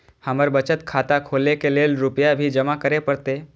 हमर बचत खाता खोले के लेल रूपया भी जमा करे परते?